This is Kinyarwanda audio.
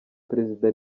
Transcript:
perezida